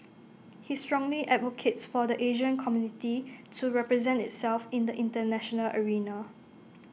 he strongly advocates for the Asian community to represent itself in the International arena